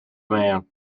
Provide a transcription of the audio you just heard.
man